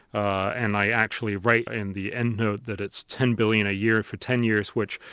and i actually write in the endnote that it's ten billion a year for ten years which,